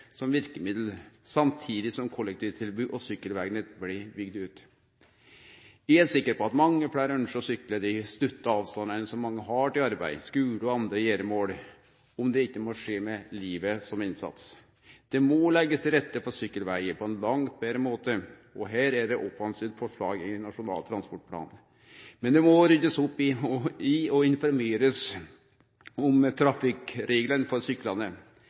som verkemiddel, samtidig som kollektivtilbod og sykkelvegnett blir bygde ut. Eg er sikker på at mange fleire ønskjer å sykle dei stutte avstandane som mange har til arbeid, skule og andre gjeremål, om det ikkje må skje med livet som innsats. Det må leggjast til rette for sykkelvegar på ein langt betre måte, og her er det offensive forslag i Nasjonal transportplan. Men det må òg ryddast opp i og informerast om trafikkreglane for syklande.